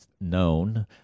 known